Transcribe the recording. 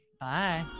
Bye